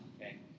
okay